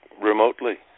remotely